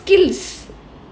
skills